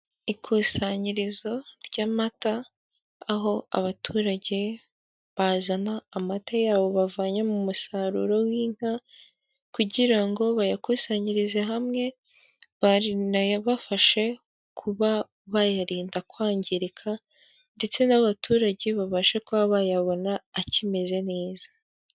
Ikusanyirizo ry'amata aho abaturage bazana amata yabo bavanye mu musaruro w'inka, kugira ngo bayakusanyirize hamwe banayabafashe kuba bayarinda kwangirika ndetse n'abaturage babashe kuba bayabona akimeze neza.